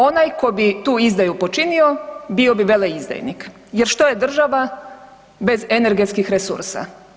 Onaj tko bi tu izdaju počinio bio bi veleizdajnik, jer što je država bez energetskih resursa.